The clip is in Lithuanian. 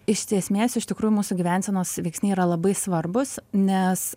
iš esmės iš tikrųjų mūsų gyvensenos veiksniai yra labai svarbūs nes